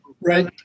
Right